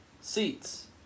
seats